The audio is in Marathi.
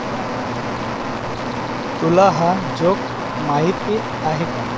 तुला हा तुला हा जोक माहिती आहे का